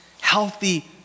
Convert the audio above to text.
healthy